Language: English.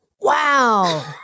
Wow